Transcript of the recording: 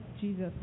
Jesus